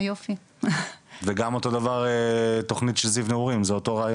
וגם התכנית של זיו נעורים.